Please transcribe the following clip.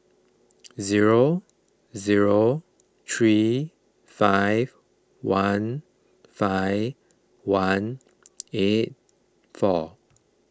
zero zero three five one five one eight four